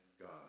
God